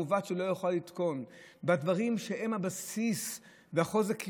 מעוות שלא יכול לתקון בדברים שהם הבסיס וחוזק קיומנו,